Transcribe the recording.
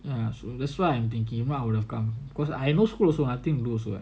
ah so that's why I'm thinking if not I would've come cause I no school also I think you also right